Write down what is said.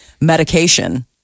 medication